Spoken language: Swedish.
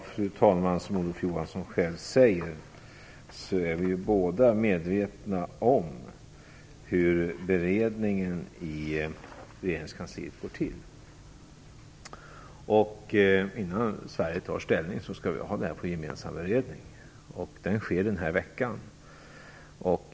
Fru talman! Som Olof Johansson själv säger är vi båda medvetna om hur beredningen i regeringskansliet går till. Innan Sverige tar ställning skall vi ha en gemensam beredning. Den sker denna vecka.